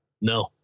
No